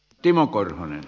arvoisa puhemies